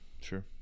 sure